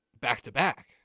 back-to-back